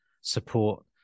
support